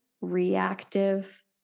reactive